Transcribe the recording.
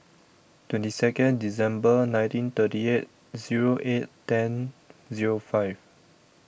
twenty Second December nineteen thirty eight Zero eight ten Zero five